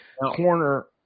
Corner